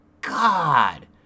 God